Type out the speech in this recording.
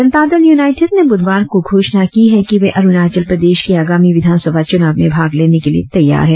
जनता Dal United ने बुधवार को घोषणा की है कि वे अरुणाचल प्रदेश के आगामी विधान सभा चुनाव में भाग लेने के लिए तैयार है